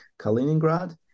Kaliningrad